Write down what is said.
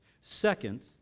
Second